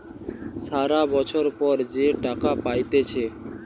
সারা বছর পর যে টাকা পাইতেছে